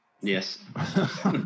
Yes